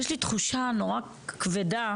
יש לי תחושה נורא כבדה,